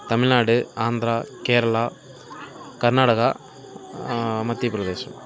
Tamil Nadu Andhra Kerala Karnataka Madhya Pradesh